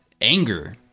anger